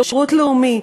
שירות לאומי,